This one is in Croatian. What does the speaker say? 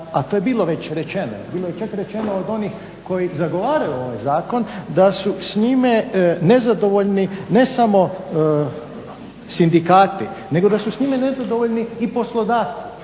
a to je bilo već rečeno, bilo je čak rečeno od onih koji zagovaraju ovaj Zakon da su s njime nezadovoljni ne samo sindikati nego da su s njime nezadovoljni i poslodavci.